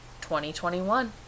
2021